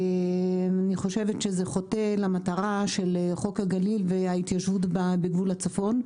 אני חושבת שזה חוטא למטרה של חוק הגליל וההתיישבות בגבול הצפון.